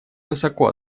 высоко